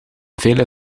vele